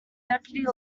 deputy